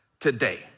today